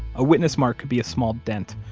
a witness mark could be a small dent,